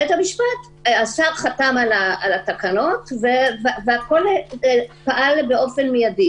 בית-המשפט חתם על התקנות והכול פעל באופן מיידי.